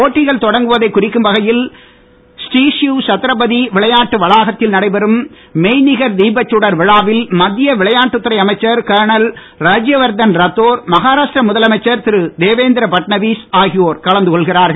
போட்டிகள் தொடங்குவதை குறிக்கும் வகையில் ஸ்ரீஷிவ் சத்ரபதி விளையாட்டு வளாகத்தில் நடைபெறும் மெய்நிகர் தீபச் சுடர் விழாவில் மத்திய விளையாட்டுத்துறை அமைச்சர் கர்னல் ராஜ்யவர்தன் ராத்தோர் மகாராஷ்டிர முதலமைச்சர் திரு தேவேந்திர ஃபட்நவீஸ் ஆகியோர் கலந்து கொள்கிறார்கள்